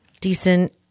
decent